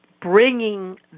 bringing